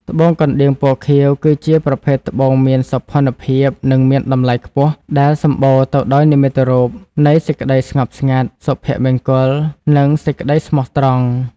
ត្បូងកណ្ដៀង ពណ៌ខៀវ គឺជាប្រភេទត្បូងមានសោភ័ណភាព និងមានតម្លៃខ្ពស់ ដែលសម្បូរទៅដោយនិមិត្តរូបនៃសេចក្ដីស្ងប់ស្ងាត់ សុភមង្គល និងសេចក្ដីស្មោះត្រង់។